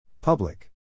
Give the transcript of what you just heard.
Public